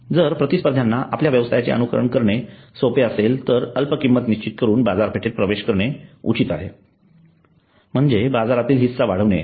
जर प्रतिस्पर्ध्यांना आपल्या व्यवसायाचे अनुकरण करणे सोपे असेल तर अल्प किंमत निश्चित करून बाजारपेठेत प्रवेश करणे उचित आहे म्हणजेच बाजारातील हिस्सा वाढवणे